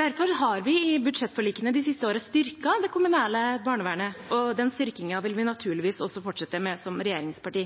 Derfor har vi i budsjettforlikene de siste årene styrket det kommunale barnevernet, og den styrkingen vil vi naturligvis også fortsette med som regjeringsparti.